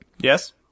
Yes